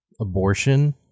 abortion